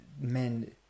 men